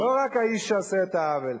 זה לא רק האיש שעושה את העוול.